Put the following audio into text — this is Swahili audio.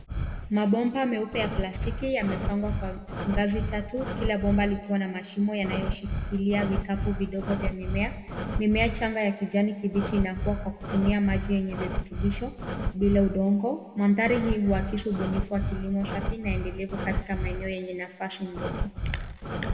Mabaomba meupe ya plastiki yamepangwa kwa ngazi tatu, kila bomba likiwa na mashimo yanayoshikilia vikapu vidogo vya mimea. Mimea changa ya kijani kibichi inakua kwa kutumia maji yenye virutubisho bila udongo. Mandhari hii haukisi ubunifu wa kilimo safi na endelevu katika maeneo yenye nafasi ndogo.